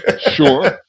sure